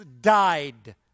died